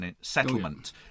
settlement